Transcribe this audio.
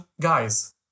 guys